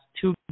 two